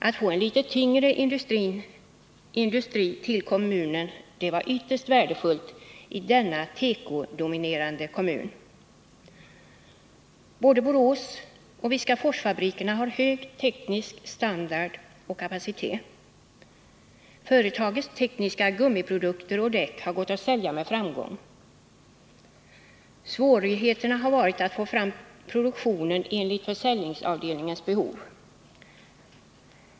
Att få en litet tyngre industri till denna tekodominerade kommun var ytterst värdefullt. Både fabrikerna i Borås och fabrikerna i Viskafors uppvisar hög teknisk standard och god kapacitet. Företagets tekniska gummiprodukter och däck har sålts med framgäng. Svårigheterna har i stället varit att få fram produktionen i enlighet med försäljningsavdelningens behov.